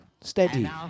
steady